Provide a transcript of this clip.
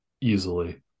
easily